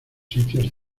sitios